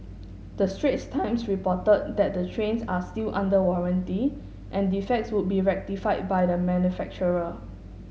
the Straits Times reported that the trains are still under warranty and defects would be rectified by the manufacturer